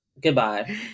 Goodbye